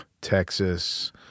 Texas